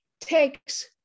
takes